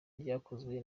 ryakozwe